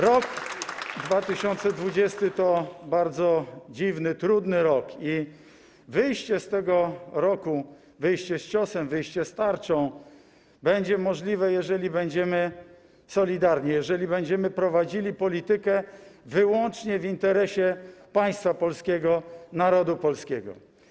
Rok 2020 to bardzo dziwny, trudny rok i wyjście z tego roku, wyjście z ciosem, wyjście z tarczą, będzie możliwe, jeżeli będziemy solidarni, jeżeli będziemy prowadzili politykę wyłącznie w interesie państwa polskiego, narodu polskiego.